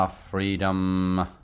Freedom